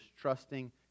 trusting